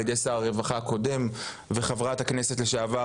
על ידי שר הרווחה הקודם וחברת הכנסת לשעבר,